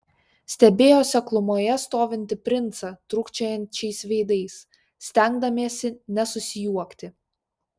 stebėjo seklumoje stovintį princą trūkčiojančiais veidais stengdamiesi nesusijuokti